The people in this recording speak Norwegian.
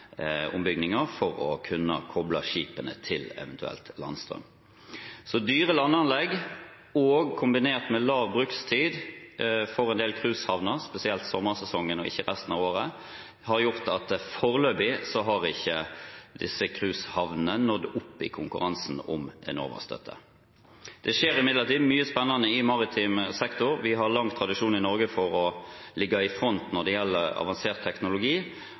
for eventuelt å kunne koble skipene til landstrøm. Dyre landanlegg kombinert med lav brukstid for en del cruisehavner – spesielt i sommersesongen og ikke resten av året – har gjort at foreløpig har ikke disse cruisehavnene nådd opp i konkurransen om Enova-støtte. Det skjer imidlertid mye spennende i maritim sektor. Vi har lang tradisjon i Norge for å ligge i front når det gjelder avansert teknologi.